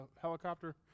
helicopter